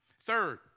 Third